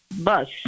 bus